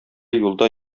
юлда